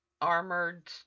armored